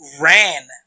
ran